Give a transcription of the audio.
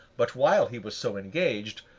but, while he was so engaged,